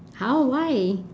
how why